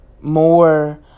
more